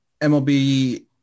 MLB